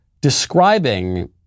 describing